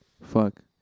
Fuck